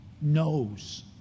knows